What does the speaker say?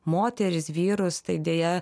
moteris vyrus tai deja